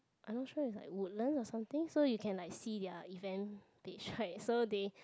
I not sure is like Woodland or something so you can like see their event they tried so they